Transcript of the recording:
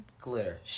Glitter